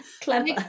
clever